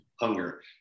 hunger